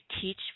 teach